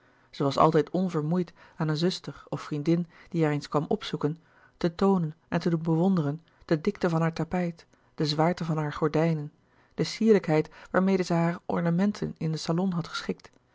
was altijd onvermoeid aan een zuster of vriendin die haar eens kwam opzoeken te toonen en te doen bewonderen de dikte van haar tapijt louis couperus de boeken der kleine zielen de zwaarte van haar gordijnen de sierlijkheid waarmede zij hare ornamenten in den salon had geschikt